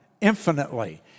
infinitely